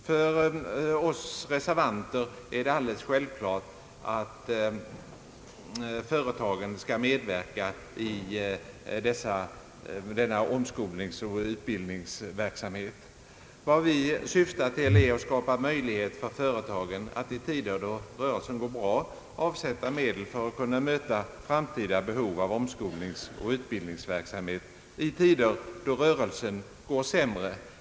För oss reservanter är det självklart att företagen skall medverka i omskolningsoch utbildningsverksamhet. Vad vi syftar till är att skapa möjligheter för företagen att i tider då rörelsen går bra avsätta medel för att kunna möta behov av sådan verksamhet i tider då rörelsen går sämre.